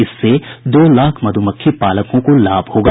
इससे दो लाख मधुमक्खी पालकों को लाभ होगा